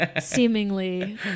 seemingly